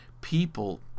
people